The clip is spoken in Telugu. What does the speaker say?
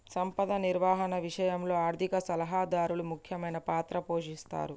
సంపద నిర్వహణ విషయంలో ఆర్థిక సలహాదారు ముఖ్యమైన పాత్ర పోషిస్తరు